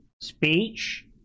speech